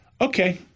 okay